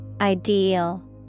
Ideal